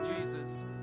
Jesus